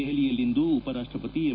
ದೆಹಲಿಯಲ್ಲಿಂದು ಉಪ ರಾಷ್ಟಪತಿ ಎಂ